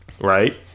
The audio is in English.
right